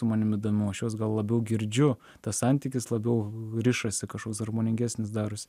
su manim įdomiau aš juos gal labiau girdžiu tas santykis labiau rišasi kažkoks harmoningesnis darosi